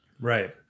Right